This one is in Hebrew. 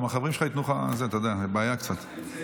צריכים להתייעץ.